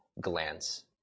glance